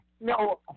No